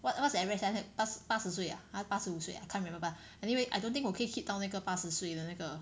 what what's the average 八八十岁 ah 八十五岁 ah I can't remember but anyway I don't think 我可以 hit 到那个八十岁的那个